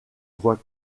voit